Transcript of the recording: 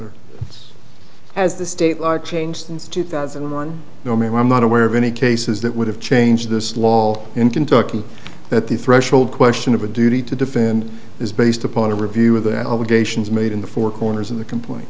evolves as the state like changed since two thousand and one no ma'am i'm not aware of any cases that would have changed this law in kentucky that the threshold question of a duty to defend is based upon a review of the album geishas made in the four corners of the complaint